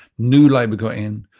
new labour got in,